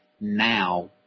now